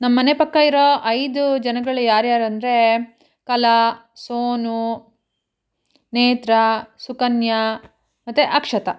ನಮ್ಮನೆ ಪಕ್ಕ ಇರೋ ಐದು ಜನಗಳು ಯಾರ್ಯಾರು ಅಂದರೆ ಕಲಾ ಸೋನು ನೇತ್ರಾ ಸುಕನ್ಯಾ ಮತ್ತೆ ಅಕ್ಷತ